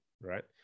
right